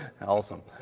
Awesome